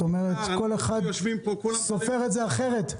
כלומר, כל אחד סופר את זה אחרת?